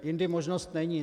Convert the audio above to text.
Jindy možnost není.